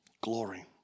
Glory